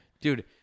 Dude